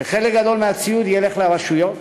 וחלק גדול מהציוד ילך לרשויות,